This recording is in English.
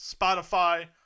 Spotify